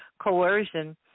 coercion